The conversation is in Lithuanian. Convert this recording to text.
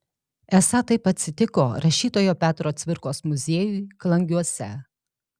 esą taip atsitiko rašytojo petro cvirkos muziejui klangiuose